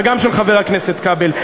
וגם של חבר הכנסת כבל.